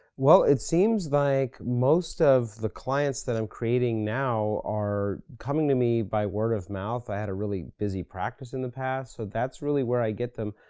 well, it seems like most of the clients that i'm creating now, are coming to me by word of mouth. i had a really busy practice in the past, so that's really where i get them.